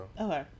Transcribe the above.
okay